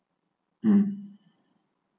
um